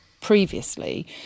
previously